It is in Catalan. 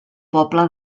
poble